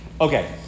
Okay